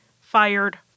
fired